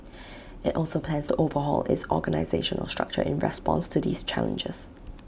IT also plans to overhaul its organisational structure in response to these challenges